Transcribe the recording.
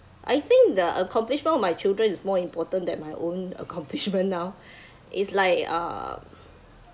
I think the accomplishment of my children is more important than my own accomplishment now it's like uh